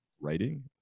writing